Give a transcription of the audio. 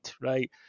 right